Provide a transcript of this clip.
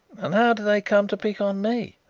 and how do they come to pick on me?